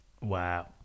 wow